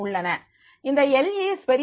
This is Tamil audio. Es உள்ளன இந்த எல்லீஸ்L